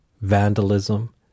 vandalism